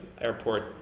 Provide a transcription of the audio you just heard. airport